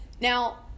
Now